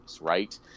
right